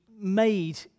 made